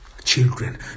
children